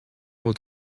will